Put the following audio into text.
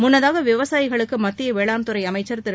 முன்னதாக விவசாயிகளுக்கு மத்திய வேளாண்துறை அமைச்சர் திரு